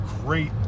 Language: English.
great